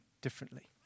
differently